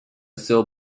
still